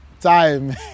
time